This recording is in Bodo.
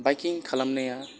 बाइकिं खालामनाया